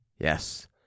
Yes